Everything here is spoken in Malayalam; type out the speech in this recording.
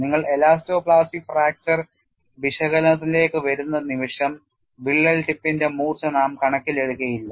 നിങ്ങൾ എലാസ്റ്റോ പ്ലാസ്റ്റിക് ഫ്രാക്ചർ വിശകലനത്തിലേക്ക് വരുന്ന നിമിഷം വിള്ളൽ ടിപ്പിന്റെ മൂർച്ച നാം കണക്കിലെടുക്കയില്ല